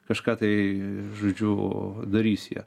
kažką tai žodžiu darys jie